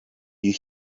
you